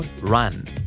run